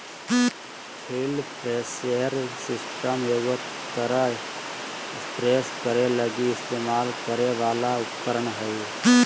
field sprayer system एगो तरह spray करे लगी इस्तेमाल करे वाला उपकरण हइ